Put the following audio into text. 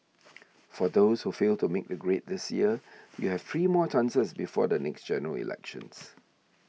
for those who failed to make the grade this year you have three more chances before the next General Elections